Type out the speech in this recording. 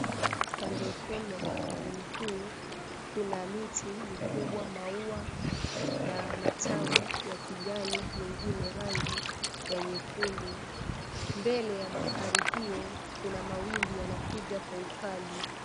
Kando ya ufuoni wa bahari huu, kuna miti mikubwa, maua ya matawi ya kijani mengine rangi ya nyekundu. Mbele ya bahari hiyo, kuna mawimbi yanapiga kwa ukali.